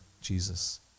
Jesus